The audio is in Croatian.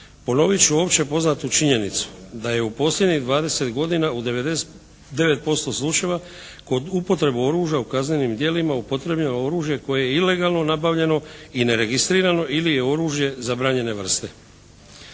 Ponovit ću opće poznatu činjenicu da je u posljednjih 20 godina u 99% slučajeva kod upotrebe oružja u kaznenim djelima upotrijebljeno oružje koje je ilegalno nabavljeno i neregistrirano ili je oružje zabranjene vrste.